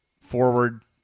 Forward